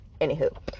Anywho